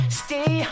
stay